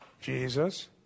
Jesus